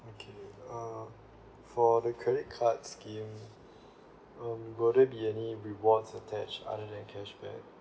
okay uh for the credit card scheme um will they be any rewards attach other than cashback